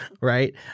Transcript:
right